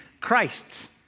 Christ's